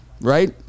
right